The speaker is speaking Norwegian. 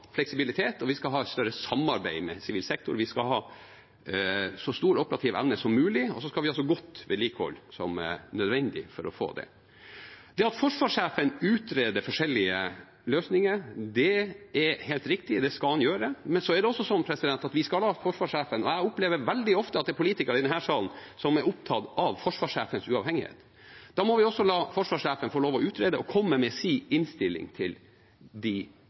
fleksibilitet, vi skal ha et større samarbeid med sivil sektor, vi skal ha så stor operativ evne som mulig, og vi skal ha så godt vedlikehold som nødvendig for å få det. Det at forsvarssjefen utreder forskjellige løsninger, er helt riktig, det skal han gjøre. Jeg opplever veldig ofte at det er politikere i denne salen som er opptatt av forsvarssjefens uavhengighet. Da må vi også la forsvarssjefen få lov til å utrede og komme med sin innstilling til